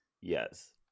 yes